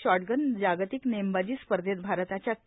shotgun जागतिक नेमबाजी स्पर्धेत भारताच्या के